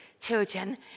children